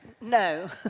No